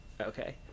Okay